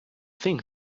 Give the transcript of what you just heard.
think